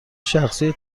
شخصی